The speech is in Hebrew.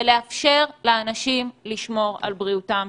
ולאפשר לאנשים לשמור על בריאותם.